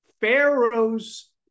Pharaoh's